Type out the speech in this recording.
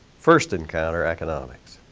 first encounter, economics?